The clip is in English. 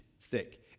thick